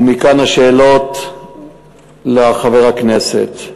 ומכאן, השאלות של חבר הכנסת.